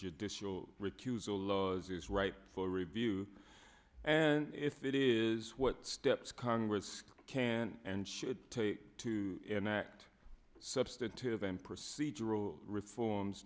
judicial recusal laws is right for review and if it is what steps congress can and should take to enact substantive and procedural reforms